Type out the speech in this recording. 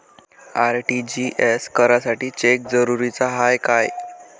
RTGS करासाठी cheque जरुरीचा हाय काय?